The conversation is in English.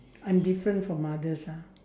I'm different from others ah